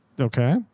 Okay